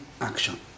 action